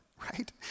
right